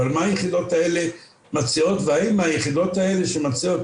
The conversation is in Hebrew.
אבל מה היחידות האלה מציעות והאם היחידות האלה שמציעות